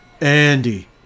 Andy